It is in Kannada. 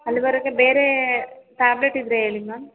ಅಲ್ಲೀವರೆಗೆ ಬೇರೆ ಟಾಬ್ಲೆಟ್ ಇದ್ದರೆ ಹೇಳಿ ಮ್ಯಾಮ್